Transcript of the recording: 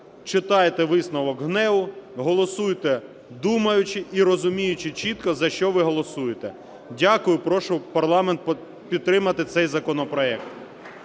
читайте висновок ГНЕУ, голосуйте, думаючи і розуміючи чітко, за що ви голосуєте. Дякую і прошу парламент підтримати цей законопроект.